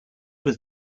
was